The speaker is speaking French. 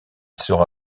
sera